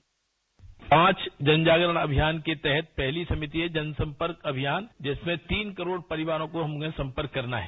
bite पांच जन जागरण अभियान के तहत पहली समिति है जन संपर्क अभियान जिसमें तीन करोड़ परिवारों को हमने संपर्क करना है